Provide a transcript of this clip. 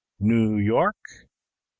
noo york,